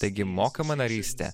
taigi mokama narystė